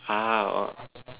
ah oh